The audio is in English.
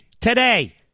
today